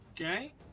Okay